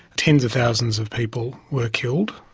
tens of thousands of people were killed,